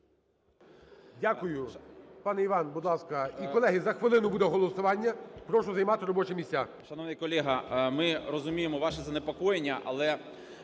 Дякую. Пане Іван, будь ласка. І, колеги, за хвилину буде голосування, прошу займати робочі місця.